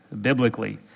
biblically